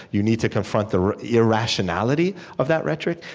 you need to confront the irrationality of that rhetoric.